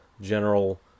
general